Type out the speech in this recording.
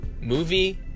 movie